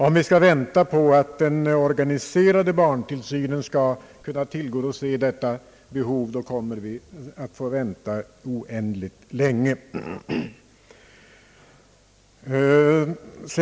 Skall vi vänta på att den organiserade barntillsynen tillgodoser detta behov, då får vi vänta oändligt länge.